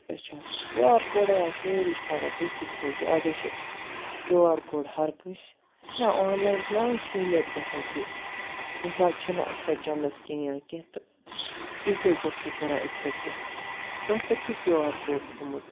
اچھا Q R کوڈَے اَز سٲری چھِ تھاوان تُہۍ تہِ تھٔیزیو اَزَے چھِ کیو آر کوڈ ہَرکٲنٛسہِ نہ آنلاین چھِنہ وَنۍ سہوٗلیت گژھان کہِ کُنہِ ساتہٕ چھِنہٕ آسان چَندَس کِہیٖنۍ کینٛہہ تہٕ تُہۍ کیٛاہ کیٛاہ چھُ کَران اٮ۪کسٮ۪پٹ تۄہہِ کَتہِ چھُ کیو آر کوڈ تھوٚومُت